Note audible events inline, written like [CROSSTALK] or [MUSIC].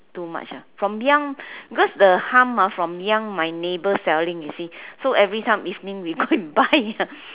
too much ah from young because the hum ah from young my neighbour selling you see so every time evening we go and buy [LAUGHS]